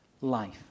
life